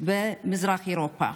ומזרח אירופה,